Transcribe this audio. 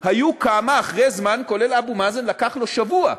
היו כמה, אחרי זמן, כולל אבו מאזן, לקח לו שבוע,